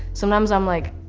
sometimes i'm like,